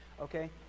Okay